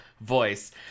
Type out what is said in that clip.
voice